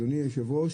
אדוני היושב הראש,